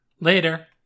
Later